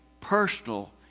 personal